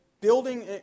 building